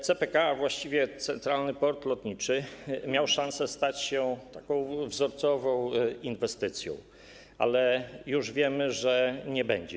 CPK, a właściwie Centralny Port Lotniczy, miał szansę stać się wzorcową inwestycją, ale już wiemy, że nią nie będzie.